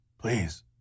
Please